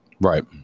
Right